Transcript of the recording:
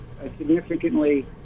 significantly